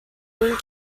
wing